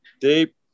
deep